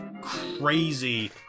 crazy